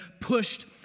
pushed